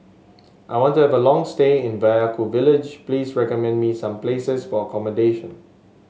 I want to have a long stay in Vaiaku village Please recommend me some places for accommodation